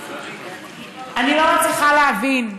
אני לא מצליחה להבין.